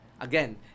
again